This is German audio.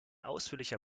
ausführlicher